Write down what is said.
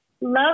love